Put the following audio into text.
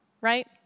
right